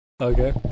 Okay